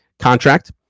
contract